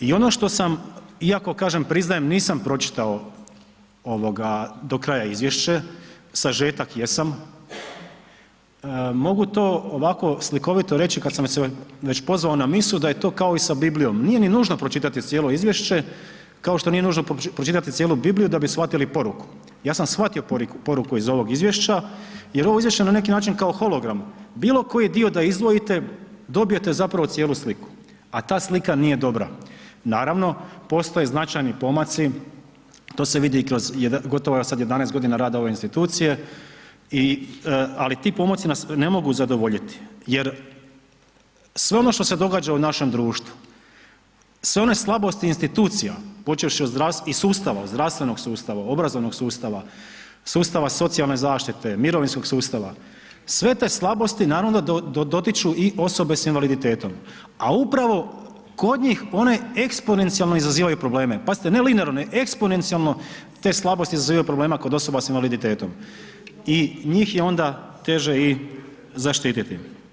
I ono što sam, iako kažem priznajem nisam pročitao do kraja izvješće, sažetak jesam, mogu to ovako slikovito reći kad sam se već pozvao na misu, da je to kao i sa Biblijom, nije ni nužno pročitati cijelo izvješće kao što nije nužno pročitati cijelu Bibliju da bi shvatili poruku, ja sam shvatio poruku iz ovog izvješća jer ovo izvješće na neki način kao hologram, bilokoji dio da izdvojite dobijete zapravo cijelu sliku a ta slika nije dobra, naravno postoje značajni pomaci, to se vidi i kroz gotovo a sad 11 g. rada ove institucije ali ti pomaci nas ne mogu zadovoljiti jer sve ono što se događa u našem društvu, sve one slabosti institucija počevši od i sustava, zdravstvenog sustava, obrazovnog sustava, sustava socijalne zaštite, mirovinskog sustava, sve te slabosti naravno da dotiču i osobe sa invaliditetom a upravo kod njih one eksponencijalno te slabosti izazivaju problema kod osoba sa invaliditetom i njih je onda teže i zaštititi.